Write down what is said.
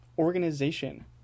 Organization